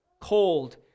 cold